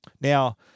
Now